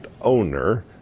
owner